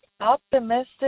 optimistic